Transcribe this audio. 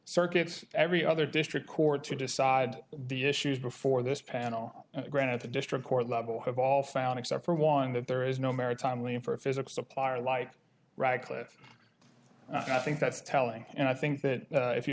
circuits every other district court to decide the issues before this panel granted the district court level have all found except for one that there is no maritime wing for a physics supplier like radcliffe i think that's telling and i think that if you